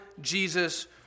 Jesus